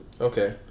Okay